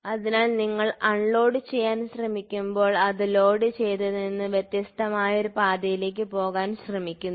അതിനാൽ നിങ്ങൾ അൺലോഡുചെയ്യാൻ ശ്രമിക്കുമ്പോൾ അത് ലോഡു ചെയ്തതിൽ നിന്ന് വ്യത്യസ്തമായ മറ്റൊരു പാതയിലേക്ക് പോകാൻ ശ്രമിക്കുന്നു